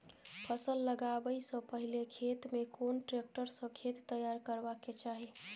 फसल लगाबै स पहिले खेत में कोन ट्रैक्टर स खेत तैयार करबा के चाही?